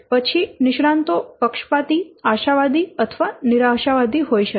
પછી નિષ્ણાંતો પક્ષપાતી આશાવાદી અથવા નિરાશાવાદી હોઈ શકે છે